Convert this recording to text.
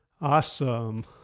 Awesome